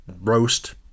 roast